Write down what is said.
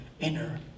inner